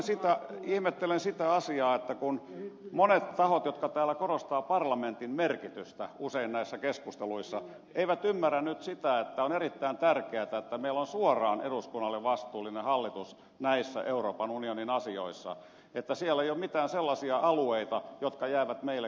minä ihmettelen sitä asiaa että monet tahot jotka täällä korostavat parlamentin merkitystä usein näissä keskusteluissa eivät ymmärrä nyt sitä että on erittäin tärkeätä että meillä on suoraan eduskunnalle vastuullinen hallitus näissä euroopan unionin asioissa että siellä ei ole mitään sellaisia alueita jotka jäävät meille kertomatta